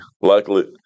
Luckily